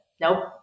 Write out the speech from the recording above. nope